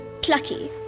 plucky